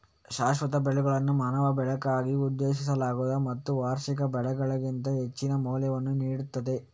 ಶಾಶ್ವತ ಬೆಳೆಗಳನ್ನು ಮಾನವ ಬಳಕೆಗಾಗಿ ಉದ್ದೇಶಿಸಲಾಗಿದೆ ಮತ್ತು ವಾರ್ಷಿಕ ಬೆಳೆಗಳಿಗಿಂತ ಹೆಚ್ಚಿನ ಮೌಲ್ಯವನ್ನು ನೀಡುತ್ತದೆ